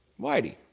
Whitey